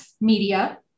media